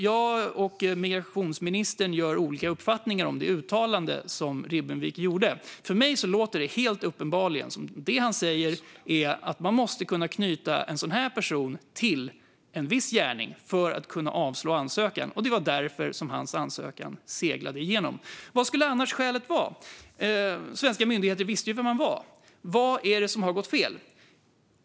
Jag och migrationsministern har olika uppfattningar om det uttalande som Ribbenvik gjorde. För mig är det helt uppenbart att det han säger är att man måste kunna knyta en sådan här person till en viss gärning för att kunna avslå ansökan och att det var därför som hans ansökan seglade igenom. Vilket skulle annars skälet vara? Svenska myndigheter visste ju vem han var. Vad är det som har gått fel?